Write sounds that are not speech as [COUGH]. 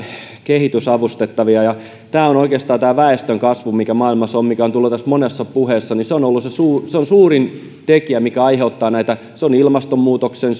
kehitysavustettavia ja tämä väestönkasvu mikä maailmassa on mikä on tullut tässä monessa puheessa on suurin tekijä mikä aiheuttaa näitä ilmastonmuutoksen [UNINTELLIGIBLE]